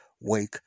wake